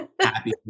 happy